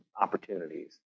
opportunities